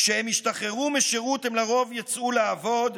כשהם ישתחררו משירות הם לרוב יצאו לעבוד,